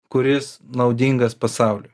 kuris naudingas pasauliui